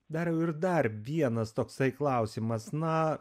dariau ir dar vienas toksai klausimas na